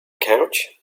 couch